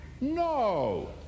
No